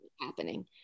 happening